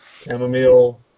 Chamomile